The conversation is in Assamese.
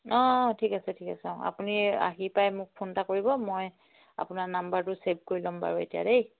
অঁ ঠিক আছে ঠিক আছে অঁ আপুনি আহি পাই মোক ফোন এটা কৰিব মই আপোনাৰ নাম্বাৰটো ছেভ কৰি ল'ম বাৰু এতিয় দেই